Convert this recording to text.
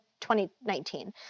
2019